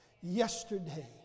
yesterday